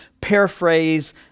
paraphrase